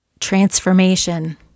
Transformation